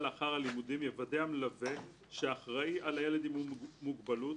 לאחר הלימודים יוודא המלווה שהאחראי על הילד עם המוגבלות,